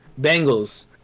Bengals